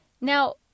Now